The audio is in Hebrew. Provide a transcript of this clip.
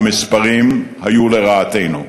המספרים היו לרעתנו: